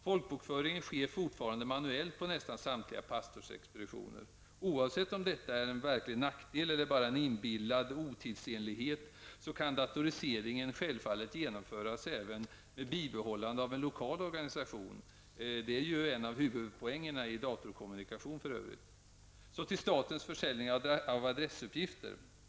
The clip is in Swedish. Folkbokföringen sker fortfarande manuellt på nästan samtliga pastorsexpeditioner. Oavsett om detta en verklig nackdel eller bara en inbillad otidsenlighet, kan datoriseringen självfallet genomföras även med bibehållande av en lokal organisation. Det är för övrigt en av huvudpoängerna i datorkommunikation. Så till statens försäljning av adressuppgifter.